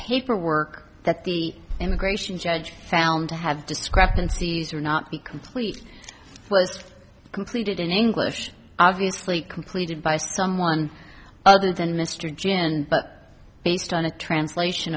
paperwork that the immigration judge found to have discrepancies or not be complete was completed in english obviously completed by someone other than mr jin but based on a translation